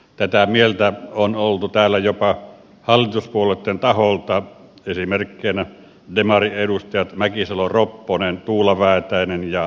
tätä mieltä on oltu täällä jopa hallituspuolueitten taholta esimerkkeinä demariedustajat mäkisalo ropponen tuula väätäinen ja rajamäki